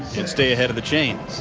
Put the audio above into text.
and stay ahead of the chain.